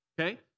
okay